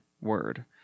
Word